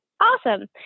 Awesome